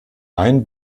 ein